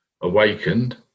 awakened